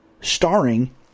starring